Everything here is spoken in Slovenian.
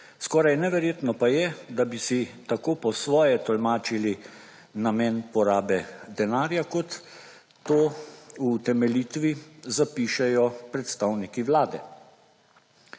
Skoraj neverjetno pa je, da bi si tako po svoje tolmačili namen porabe denarja kot to v utemeljitvi zapišejo predstavniki Vlade.